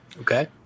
Okay